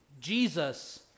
Jesus